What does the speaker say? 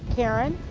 karen